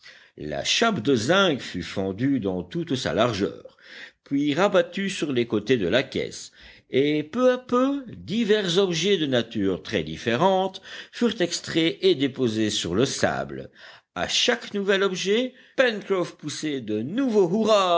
la chape de zinc fut fendue dans toute sa largeur puis rabattue sur les côtés de la caisse et peu à peu divers objets de nature très différente furent extraits et déposés sur le sable à chaque nouvel objet pencroff poussait de nouveaux